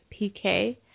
PK